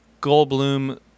Goldblum